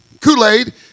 Kool-Aid